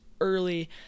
early